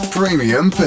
Premium